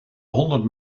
honderd